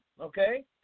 okay